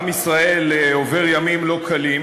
עם ישראל עובר ימים לא קלים,